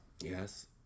Yes